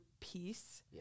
peace